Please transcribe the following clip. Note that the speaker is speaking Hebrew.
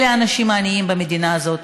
אלה האנשים העניים במדינה הזאת,